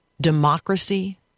democracy